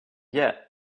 yet